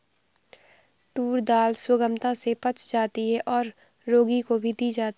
tour दाल सुगमता से पच जाती है और रोगी को भी दी जाती है